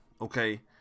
okay